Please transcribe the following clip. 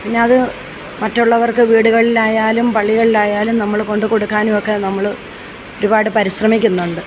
പിന്നെ അത് മറ്റുള്ളവർക്ക് വീടുകളിൽ ആയാലും പള്ളികളിൽ ആയാലും നമ്മൾ കൊണ്ട് കൊടുക്കാനുമൊക്കെ നമ്മൾ ഒരുപാട് പരിശ്രമിക്കുന്നുണ്ട്